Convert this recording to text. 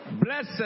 Blessed